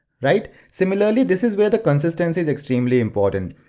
right? similarly this is where the consistency is extremely important.